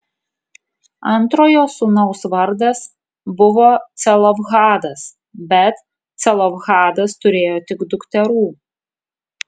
antrojo sūnaus vardas buvo celofhadas bet celofhadas turėjo tik dukterų